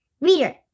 Reader